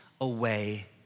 away